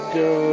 go